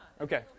Okay